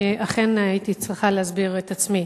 לשאלה 3, אני אכן הייתי צריכה להסביר את עצמי.